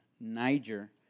Niger